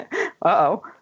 uh-oh